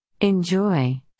Enjoy